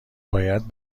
باید